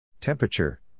Temperature